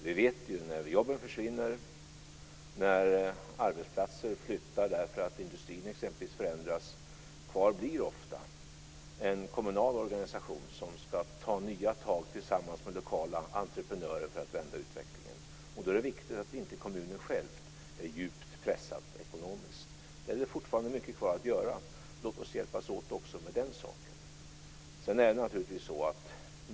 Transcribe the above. Vi vet ju att vad som blir kvar när jobben försvinner och när arbetsplatser flyttar därför att industrin exempelvis förändras är en kommunal organisation som ska ta nya tag tillsammans med lokala entreprenörer för att vända utvecklingen. Då är det viktigt att kommunen själv inte är djupt pressad ekonomiskt. Där är det fortfarande mycket kvar att göra. Låt oss hjälpas åt också med den saken!